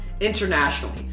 internationally